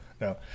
no